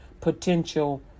potential